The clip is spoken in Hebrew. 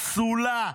פסולה,